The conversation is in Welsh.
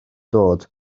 dod